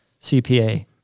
CPA